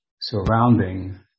surrounding